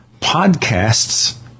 podcasts